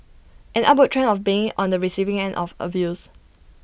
an upward trend of being on the receiving end of abuse